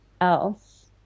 else